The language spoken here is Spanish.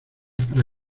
para